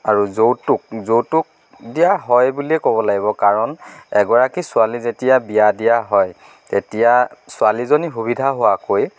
আৰু যৌতুক যৌতুক দিয়া হয় বুলিয়েই ক'ব লাগিব কাৰণ এগৰাকী ছোৱালী যেতিয়া বিয়া দিয়া হয় তেতিয়া ছোৱালীজনীৰ সুবিধা হোৱাকৈ